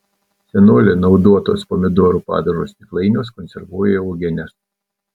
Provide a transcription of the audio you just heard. senolė naudotuos pomidorų padažo stiklainiuos konservuoja uogienes